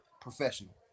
professional